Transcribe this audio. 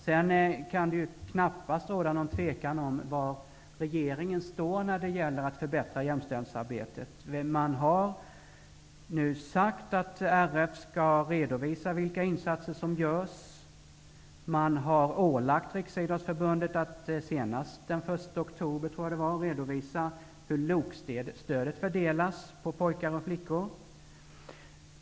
Sedan kan det knappast råda någon tvekan om var regeringen står när det gäller att förbättra jämställdhetsarbetet. Man har nu sagt att Riksidrottsförbundet skall redovisa vilka insatser som görs. RF har ålagts att senast den 1 oktober, tror jag det var, redovisa hur LOK-stödet fördelas på pojkar och flickor.